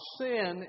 sin